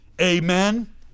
Amen